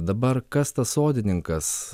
dabar kas tas sodininkas